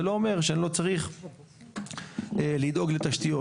זה לא אומר שלא צריך לדאוג לתשתיות.